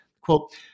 Quote